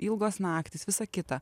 ilgos naktys visa kita